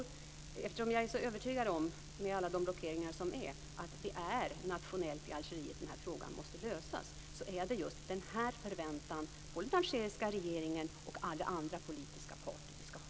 Eftersom jag är så övertygad om att det, med alla de blockeringar som finns, är nationellt i Algeriet som problemet måste lösas, så är det just den här förväntan på den algeriska regeringen och på alla andra politiska parter som vi skall ha.